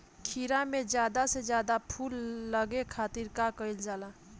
खीरा मे ज्यादा से ज्यादा फूल लगे खातीर का कईल जाला?